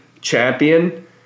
champion